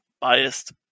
biased